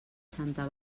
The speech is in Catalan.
santa